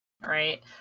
Right